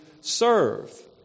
serve